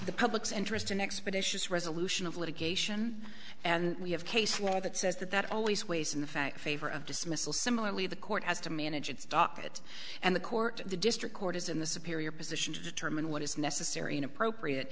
the public's interest an expeditious resolution of litigation and we have case law that says that that always weighs in the facts favor of dismissal similarly the court has to manage its docket and the court the district court is in the superior position to determine what is necessary and appropriate